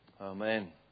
Amen